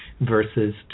versus